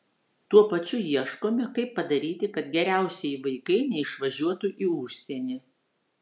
tuo pačiu ieškome kaip padaryti kad geriausieji vaikai neišvažiuotų į užsienį